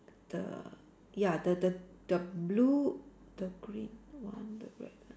the ya the the the blue the green one the red